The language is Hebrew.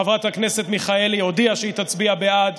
חברת הכנסת מיכאלי הודיעה שהיא תצביע בעד,